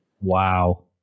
Wow